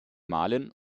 malen